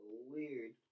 weird